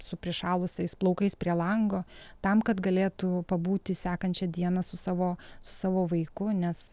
su prišalusiais plaukais prie lango tam kad galėtų pabūti sekančią dieną su savo savo vaiku nes